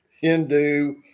Hindu